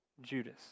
Judas